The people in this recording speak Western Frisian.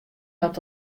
dat